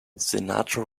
senator